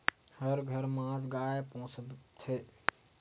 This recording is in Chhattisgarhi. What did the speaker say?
हर घर म आज गाय पोसथे